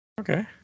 Okay